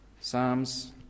Psalms